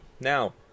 now